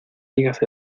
digas